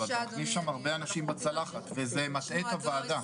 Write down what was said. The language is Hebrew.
אבל אוכלים שם הרבה אנשים בצלחת וזה מטעה את הוועדה.